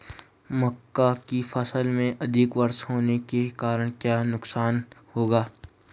मक्का की फसल में अधिक वर्षा होने के कारण क्या नुकसान होगा?